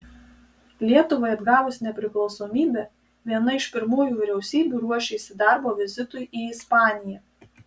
lietuvai atgavus nepriklausomybę viena iš pirmųjų vyriausybių ruošėsi darbo vizitui į ispaniją